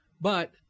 but-